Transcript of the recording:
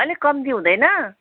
अलिक कम्ती हुँदैन